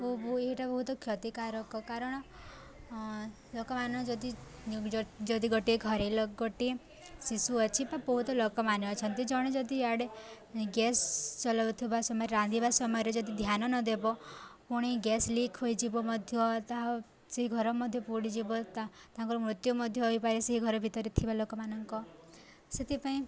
ଓ ବୋ ଏଇଟା ବହୁତ କ୍ଷତିକାରକ କାରଣ ଲୋକମାନେ ଯଦି ଯଦି ଗୋଟିଏ ଘରେ ଲ ଗୋଟିଏ ଶିଶୁ ଅଛି ବା ବହୁତ ଲୋକମାନେ ଅଛନ୍ତି ଜଣେ ଯଦି ଇଆଡ଼େ ଗ୍ୟାସ୍ ଚଲଉଥିବା ସମୟରେ ରାନ୍ଧିବା ସମୟରେ ଯଦି ଧ୍ୟାନ ନ ଦେବ ପୁଣି ଗ୍ୟାସ୍ ଲିକ୍ ହୋଇଯିବ ମଧ୍ୟ ତାହା ସେ ଘର ମଧ୍ୟ ପୋଡ଼ିଯିବ ତାଙ୍କର ମୃତ୍ୟୁ ମଧ୍ୟ ହୋଇପାରେ ସେହି ଘର ଭିତରେ ଥିବା ଲୋକମାନଙ୍କ ସେଥିପାଇଁ